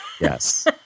Yes